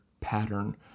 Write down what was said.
pattern